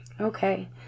Okay